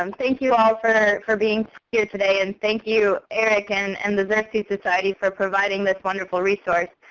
um thank you all for for being here today. and thank you, eric and and the xerces society for providing this wonderful resource.